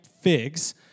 Figs